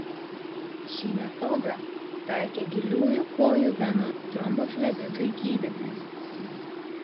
šį metodą taikė giliųjų kojų venų tromboflebitui gydyti